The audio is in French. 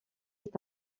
est